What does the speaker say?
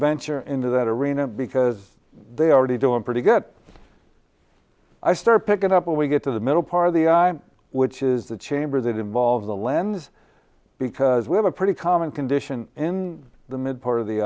venture into that arena because they are already doing pretty good i start picking up when we get to the middle part of the eye which is the chamber that involve the lens because we have a pretty common condition in the mid part of the